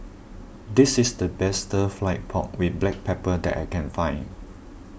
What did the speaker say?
this is the best Stir Fry Pork with Black Pepper that I can find